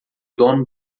dono